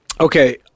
okay